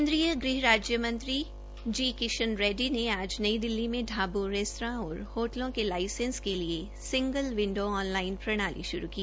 केन्द्रीय गृह राज्य मंत्री जी किशन रेड़डी ने आज नई दिल्ली में ढाबों रेस्तरां और होटलों के लाइसेंस के लिए सिंगल विंडो ऑन लाइन प्रणाली शुरू की